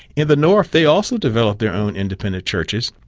in the north they also developed their own independent churches.